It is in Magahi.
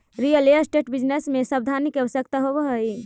रियल एस्टेट बिजनेस में सावधानी के आवश्यकता होवऽ हई